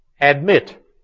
Admit